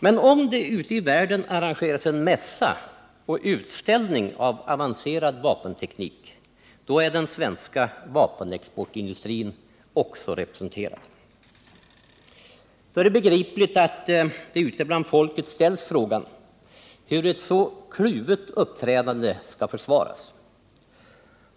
Men om det ute i världen arrangeras en mässa och en utställning med avancerad vapenteknik, då är den svenska vapenexportindustrin också representerad. Det är begripligt att det ute bland folk ställs frågan hur ett så kluvet uppträdande kan försvaras.